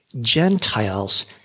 Gentiles